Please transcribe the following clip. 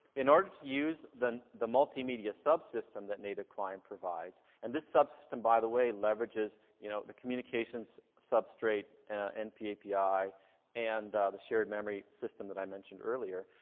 in order to use the the multimedia subsystem that native client provides, and this subsystem, by the way, leverages, you know, the communications substrate npapi and the shared memory system that i mentioned earlier.